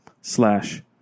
slash